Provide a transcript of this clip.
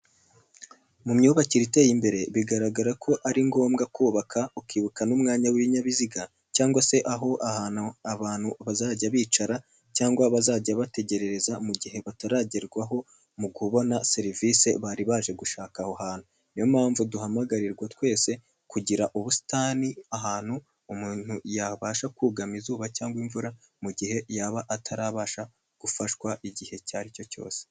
Mu myubakire iteye imbere bigaragara ko ari ngombwa kubaka ukibuka n'umwanya w'ibinyabiziga cyangwa se aho ahantu abantu bazajya bicara cyangwa bazajya bategerereza mu gihe bataragerwaho mu kubona serivisi bari baje gushaka aho hantu, niyo mpamvu duhamagarirwa twese kugira ubusitani ahantu umuntu yabasha kugama izuba cyangwa imvura, mu gihe yaba atarabasha gufashwa igihe icyo aricyo cyose.